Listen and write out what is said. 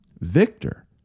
Victor